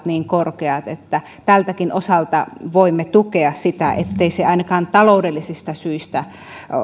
niin korkeat tältäkin osalta voimme tukea sitä ettei se ainakaan taloudellisista syistä